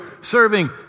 serving